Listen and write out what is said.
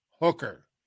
Hooker